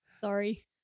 Sorry